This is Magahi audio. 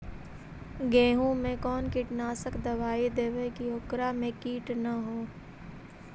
गेहूं में कोन कीटनाशक दबाइ देबै कि ओकरा मे किट न हो?